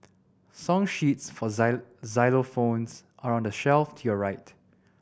song sheets for xylophones are on the shelf to your right